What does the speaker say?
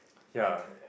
ya